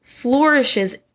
flourishes